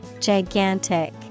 Gigantic